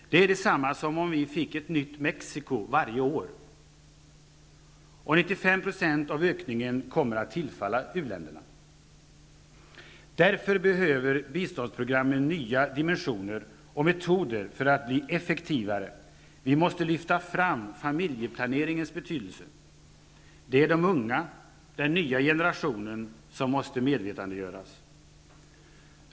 Det är detsamma som om vi fick ett nytt Mexico varje år. 95 % av ökningen kommer att tillfalla u-länderna. Därför behöver biståndsprogrammen nya dimensioner och metoder för att bli effektivare. Vi måste lyfta fram familjeplaneringens betydelse. Det är de unga, den nya generationen, som måste medvetandegöras.